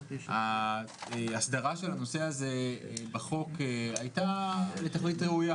ההסדרה של הנושא הזה בחוק הייתה לתכלית ראויה,